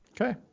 Okay